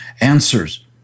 answers